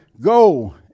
go